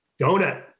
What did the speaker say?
Donut